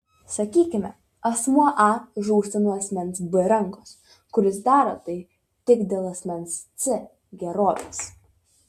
sakykime asmuo a žūsta nuo asmens b rankos kuris daro tai tik dėl asmens c gerovės